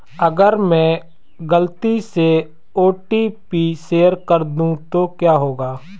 अगर मैं गलती से ओ.टी.पी शेयर कर दूं तो क्या होगा?